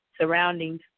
surroundings